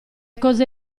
cose